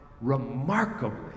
remarkably